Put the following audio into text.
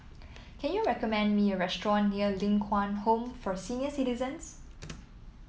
can you recommend me a restaurant near Ling Kwang Home for Senior Citizens